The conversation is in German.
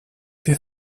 wir